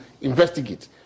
investigate